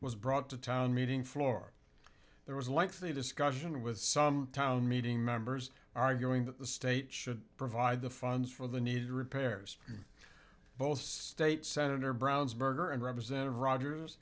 was brought to town meeting floor there was likely discussion with some town meeting members arguing that the state should provide the funds for the needed repairs both state senator brown's berger and representative rogers